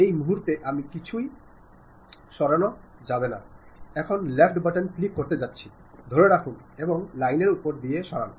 এই মুহূর্তে আমি কিছুই সরাইনি এখন আমি লেফট বাটন ক্লিক করতে যাচ্ছি ধরে রাখুন এবং লাইনের উপর দিয়ে সরান